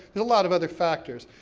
and a lot of other factors,